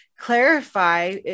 Clarify